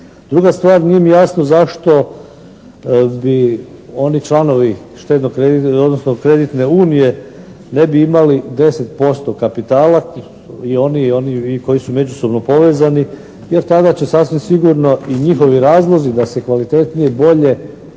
Druga stvar, nije mi jasno zašto bi oni članovi štedno kreditne, odnosno kreditne unije ne bi imali 10% kapitala i oni i oni koji su međusobno povezani jer tada će sasvim sigurno i njihovi razlozi da se kvalitetnije i bolje,